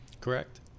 Correct